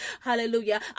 Hallelujah